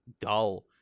dull